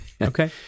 Okay